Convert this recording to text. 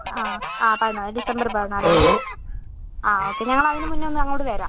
ആ ആ പതിനാല് ഡിസംബർ പതിനാല് ആണേ ആ ഓക്കെ ഞങ്ങളതിന് മുന്നെയൊന്ന് അങ്ങോട്ട് വരാം